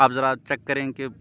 آپ ذرا چیک کریں کہ